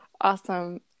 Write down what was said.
Awesome